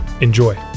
Enjoy